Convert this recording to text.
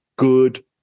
good